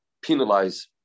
penalize